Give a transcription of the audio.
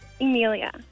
Emilia